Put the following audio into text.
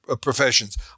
professions